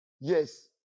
Yes